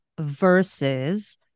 versus